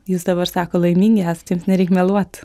jūs dabar sako laimingi esat jums nereik meluot